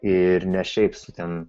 ir ne šiaip sau ten